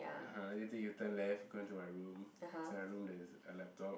(uh huh) later you turn left go into my room inside my room there's a laptop